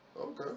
Okay